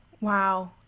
wow